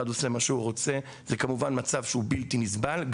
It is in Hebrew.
עושה מה שהוא רוצה זה כמובן מצב בלתי נסבל.